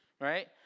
right